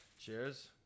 Cheers